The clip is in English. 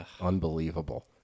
Unbelievable